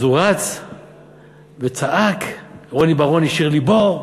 אז הוא רץ וצעק: רוני בר-און השאיר לי בור,